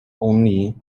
only